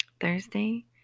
thursday